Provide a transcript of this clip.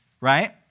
right